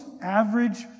average